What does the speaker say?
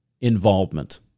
involvement